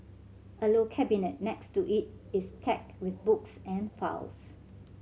a low cabinet next to it is stacked with books and files